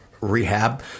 rehab